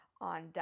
on